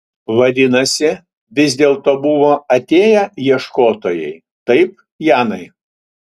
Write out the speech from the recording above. vadinasi vis dėlto buvo atėję ieškotojai taip janai